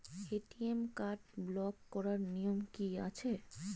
ATM card block করার নিয়ম কি আছে?